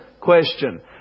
question